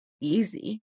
easy